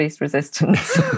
resistance